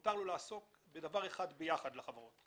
מותר לו לעסוק בדבר אחד שנוגע לחברות ביחד